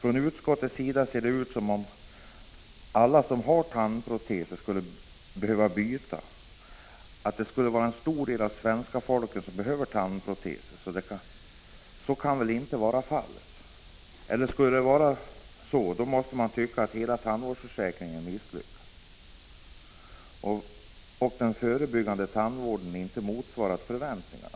Av utskottets skrivning får man intrycket att alla som har tandproteser skulle behöva byta dem och att en stor del av svenska folket är i behov av tandproteser. Så kan väl inte vara fallet. Skulle det verkligen vara så, måste man anse att hela tandvårdsförsäkringen är misslyckad och att den förebyggande tandvården inte har motsvarat förväntningarna.